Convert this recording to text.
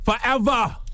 Forever